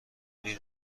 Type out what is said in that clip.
نیز